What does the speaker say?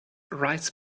writes